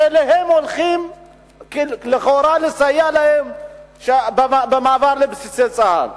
שלהם הולכים לכאורה לסייע במעבר של בסיסי צה"ל.